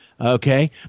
okay